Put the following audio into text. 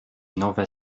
nowe